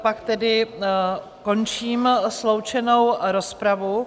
Pak tedy končím sloučenou rozpravu.